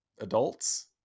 adults